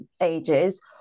ages